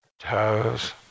toes